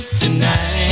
tonight